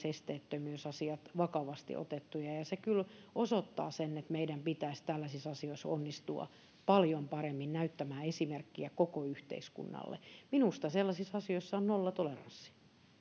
esteettömyysasiat otettu vakavasti se kyllä osoittaa sen että meidän pitäisi tällaisissa asioissa onnistua paljon paremmin näyttämään esimerkkiä koko yhteiskunnalle minusta sellaisissa asioissa on nollatoleranssi